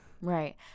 Right